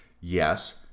yes